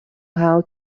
how